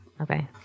Okay